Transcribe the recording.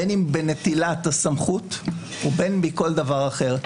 בין אם בנטילת הסמכות ובין מכל דבר אחר.